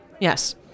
yes